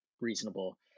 reasonable